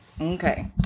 Okay